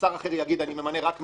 ושר אחר יגיד: אני ממנה רק מהעברית,